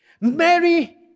Mary